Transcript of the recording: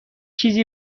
چیزی